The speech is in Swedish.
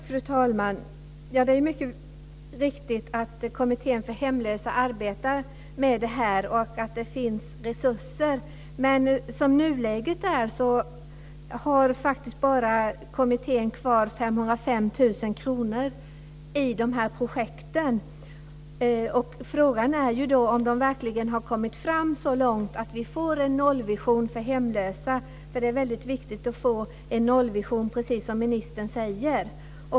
Fru talman! Det är riktigt att Kommittén för hemlösa arbetar med det här och att det finns resurser. Men i nuläget har kommittén kvar bara 505 000 kr i dessa projekt. Frågan är då om de verkligen har kommit fram så långt att vi får en nollvision för hemlösa - det är väldigt viktigt att få en nollvision, precis som ministern säger.